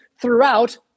throughout